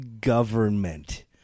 government